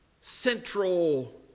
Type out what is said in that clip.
central